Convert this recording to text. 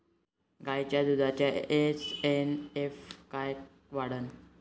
गायीच्या दुधाचा एस.एन.एफ कायनं वाढन?